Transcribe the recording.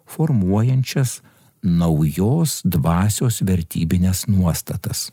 formuojančias naujos dvasios vertybines nuostatas